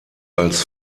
als